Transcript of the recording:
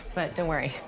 but don't worry.